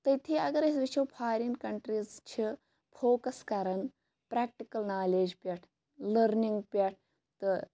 تٔتھی اَگَر أسۍ وٕچھو فارین کَنٹریٖز چھِ پھوکَس کَرَان پریٚکٹِکَل نالیج پیٹھ لٔرنِنٛگ پیٹھ تہٕ